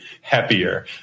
happier